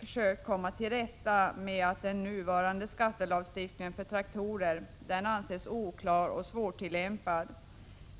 försökt komma till rätta med problemen med den nuvarande skattelagstiftningen för traktorer, en lagstiftning som anses oklar och svårtillämpad.